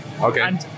Okay